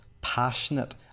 passionate